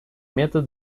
метод